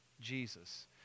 Jesus